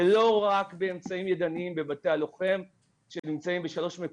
ולא רק באמצעים ידניים בבתי הלוחם שנמצאים בשלושה מקומות,